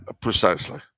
precisely